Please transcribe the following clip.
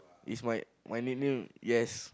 it's my my nickname yes